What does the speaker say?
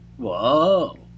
Whoa